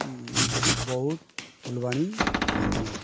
Boudh Phulbani Dhenkanal